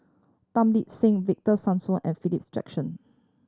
Tan Lip Seng Victor Sassoon and Philip Jackson